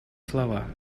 слова